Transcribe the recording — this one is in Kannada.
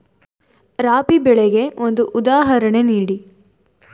ರಾಬಿ ಬೆಳೆಗೆ ಒಂದು ಉದಾಹರಣೆ ನೀಡಿ